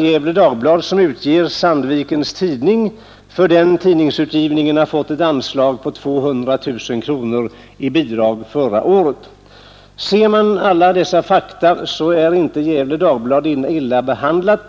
Gefle Dagblad också ger ut Sandvikens Tidning och att man för den utgivningen har fått ett bidrag på 200 000 kronor förra året. Om hänsyn tas till alla dessa fakta är Gefle Dagblad inte illa behandlat.